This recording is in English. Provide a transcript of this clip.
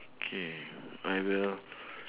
okay I will